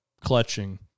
clutching